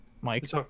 Mike